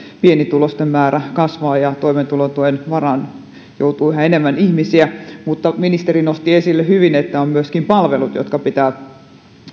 pienituloisten määrä kasvaa ja toimeentulotuen varaan joutuu yhä enemmän ihmisiä mutta ministeri nosti hyvin esille että on myöskin palvelut jotka pitää